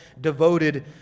devoted